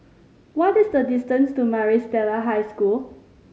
what is the distance to Maris Stella High School